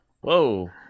whoa